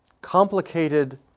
complicated